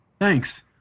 Thanks